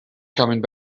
coming